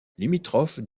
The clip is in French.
limitrophes